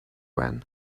when